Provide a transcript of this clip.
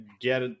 get